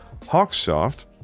Hawksoft